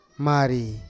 Mari